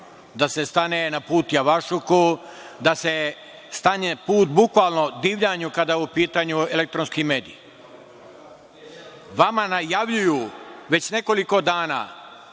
da se stane na put javašluku, da se stane na put, bukvalno divljanju, kada su u pitanju elektronski mediji. Vama najavljuju već nekoliko dana